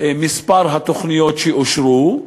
מספר התוכניות שאושרו,